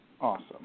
Awesome